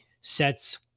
sets